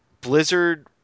Blizzard